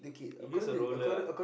you use a roller ah